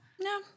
No